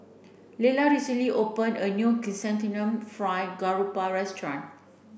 Lyla recently opened a new chrysanthemum fried garoupa restaurant